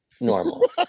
normal